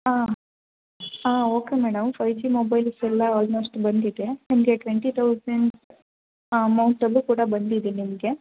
ಹಾಂ ಹಾಂ okay madam five G mobiles ಎಲ್ಲ ಆಲ್ಮೋಸ್ಟ್ ಬಂದಿದೆ ನಿಮಗೆ ಟ್ವೆಂಟಿ ತೌಸಂಡ್ ಆ ಅಮೌಂಟಲ್ಲಿ ಕೂಡ ಬಂದಿದೆ ನಿಮಗೆ